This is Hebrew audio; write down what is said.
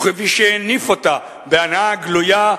וכפי שהניף אותה בהנאה גלויה,